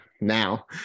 now